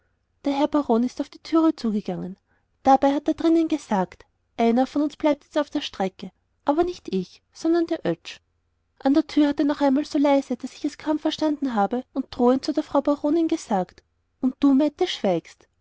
der herr baron ist auf die türe zugegangen dabei hat er drinnen gesagt einer von uns bleibt jetzt auf der strecke aber nicht ich sondern der oetsch an der türe hat er noch einmal so leise daß ich es kaum verstanden habe und drohend zu der frau baronin gesagt und du mette schweigst